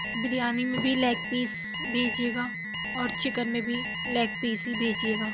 بریانی میں بھی leg piece بھیجیے گا اور چکن میں بھی لیگ پیس ہی بھیجیے گا